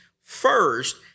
First